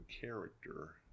character